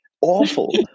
awful